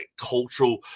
cultural